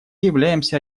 являемся